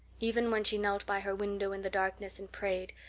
even when she knelt by her window in the darkness and prayed,